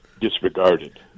disregarded